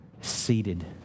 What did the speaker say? seated